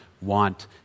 want